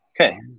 Okay